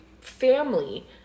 family